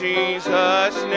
Jesus